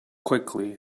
quickly